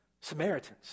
Samaritans